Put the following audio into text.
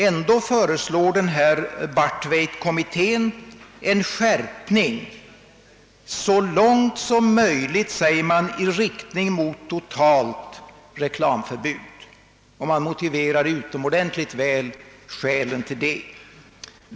Ändå föreslår Bjartveitkommittén en skärpning så långt som möjligt i riktning mot totalt reklamförbud, och man motiverar utomordentligt väl skälen därtill.